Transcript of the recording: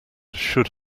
should